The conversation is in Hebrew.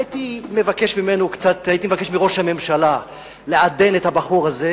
הייתי מבקש מראש הממשלה לעדן את הבחור הזה,